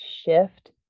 shift